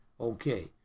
Okay